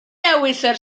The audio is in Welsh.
ewythr